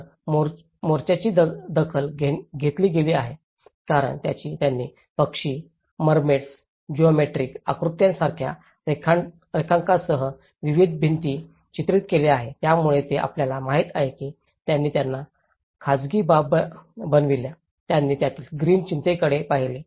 तर मोर्चांची दखल घेतली गेली आहे कारण त्यांनी पक्षी मरमेड्स जिओमेट्रीक आकृत्यांसारख्या रेखांकनांसह विविध भित्ती चित्रित केले आहे यामुळे हे आपल्याला माहित आहे की त्यांनी त्यांना त्यात खाजगी बाग बनवल्या त्यांनी त्यातील ग्रीन चिंतेकडे पाहिले